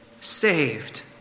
saved